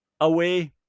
away